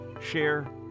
share